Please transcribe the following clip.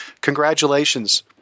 Congratulations